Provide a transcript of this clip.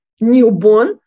Newborn